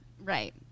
right